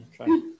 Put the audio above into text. Okay